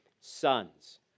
sons